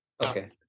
Okay